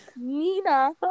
Nina